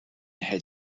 had